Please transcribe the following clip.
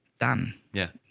done. yeah.